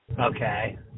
Okay